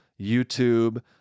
YouTube